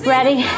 Ready